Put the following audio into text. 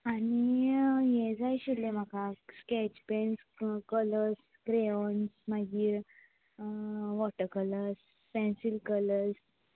आनी हें जाय आशिल्लें म्हाका स्केच पेन्स कलर्स क्रेयोन्स मागीर वोटर कलर्स पेन्सील कलर्स